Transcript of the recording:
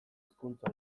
hizkuntza